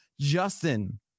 justin